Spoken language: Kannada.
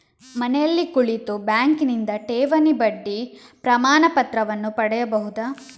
ಮನೆಯಲ್ಲಿ ಕುಳಿತು ಬ್ಯಾಂಕಿನಿಂದ ಠೇವಣಿ ಬಡ್ಡಿ ಪ್ರಮಾಣಪತ್ರವನ್ನು ಪಡೆಯಬಹುದು